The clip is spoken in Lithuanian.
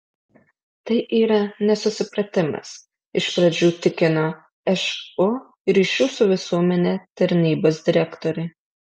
tai yra nesusipratimas iš pradžių tikino šu ryšių su visuomene tarnybos direktorė